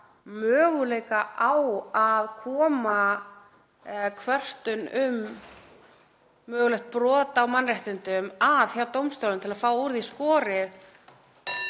möguleika á því að koma kvörtun um mögulegt brot á mannréttindum að hjá dómstólunum til að fá úr því skorið